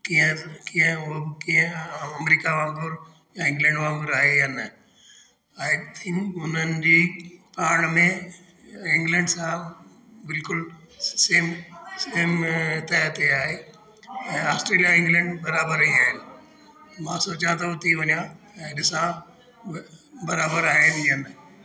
कीअं कीअं उहो कीअं अमरिका वांगुरु या इंग्लैंड वांगुरु आहे या न ऐं थीम हुननि जी पाण में इंग्लैंड सां बिल्कुलु सेम सेम तह ते आहे ऐं ऑस्ट्रेलिया इंग्लैंड बराबरि ई आहिनि मां सोचा थो उते वञा ऐं ॾिसा बराबरि आहिनि या न